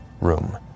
room